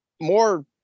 more